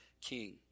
king